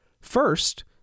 First